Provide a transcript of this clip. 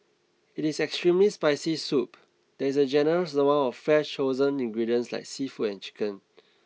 in its extremely spicy soup there is a generous amount of fresh chosen ingredients like seafood and chicken